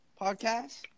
podcast